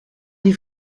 die